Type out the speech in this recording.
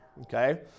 okay